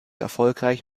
erfolgreich